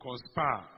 conspire